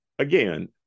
Again